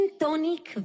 tonic